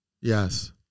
Yes